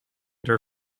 their